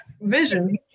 vision